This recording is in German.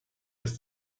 ist